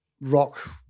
rock